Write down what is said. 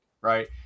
right